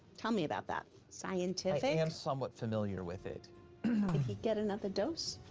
tell me about that. scientific? i am somewhat familiar with it. can he get another dose?